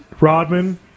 Rodman